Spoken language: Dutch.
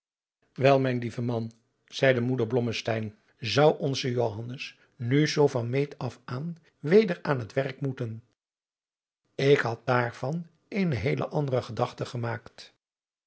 wel mijn lieve man zeide moeder blommesteyn zou onze johannes nu zoo van meet af aan weder aan het werk moeten ik had daarvan eene heele andere gedachte gemaakt